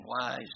wise